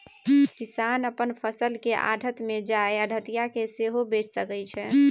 किसान अपन फसल केँ आढ़त मे जाए आढ़तिया केँ सेहो बेचि सकै छै